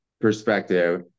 perspective